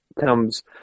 comes